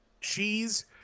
cheese